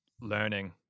learning